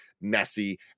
messy